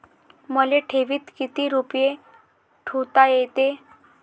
मले ठेवीत किती रुपये ठुता येते?